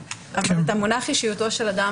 המונח "אישיותו של אדם",